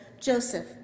Joseph